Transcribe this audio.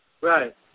Right